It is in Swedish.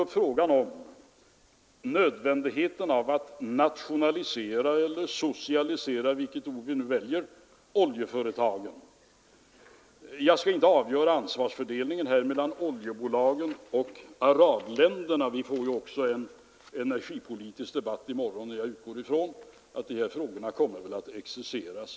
Herr Hermansson talade om nödvändigheten av att nationalisera eller socialisera oljeföretagen, vilket ord vi nu väljer. Jag skall inte försöka avgöra ansvarsfördelningen mellan oljebolagen och arabländerna. Vi får också en energipolitisk debatt i morgon, och jag utgår från att dessa frågor då kommer att exerceras.